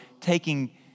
taking